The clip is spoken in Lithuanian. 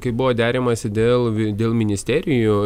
kaip buvo deramasi dėl vi dėl ministerijų